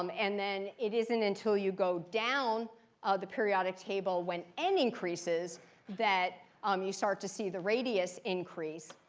um and then it isn't until you go down the periodic table when n increases that um you start to see the radius increase.